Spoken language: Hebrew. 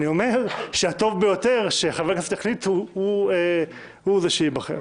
אני אומר שהטוב ביותר שחברי הכנסת יחליטו עליו הוא זה שייבחר.